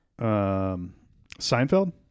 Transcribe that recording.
Seinfeld